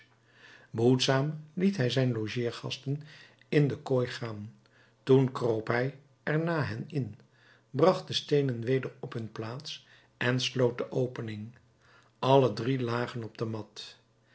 behoedzaam liet hij zijn logeergasten in de kooi gaan toen kroop hij er na hen in bracht de steenen weder op hun plaats en sloot de opening alle drie lagen op de mat